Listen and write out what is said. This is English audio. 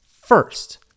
first